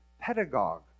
pedagogue